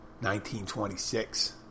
1926